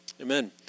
Amen